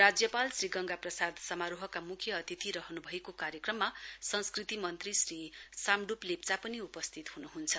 राज्यपाल श्री गंगा प्रसाद समारोहका म्ख्य अतिथि रहन् भएको कार्यक्रममा संस्कृति मन्त्री श्री साम्ड्रप लेप्चा पनि उपस्थित हन्हन्छ